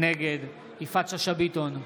נגד יפעת שאשא ביטון,